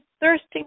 thirsting